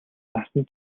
насан